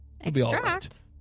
Extract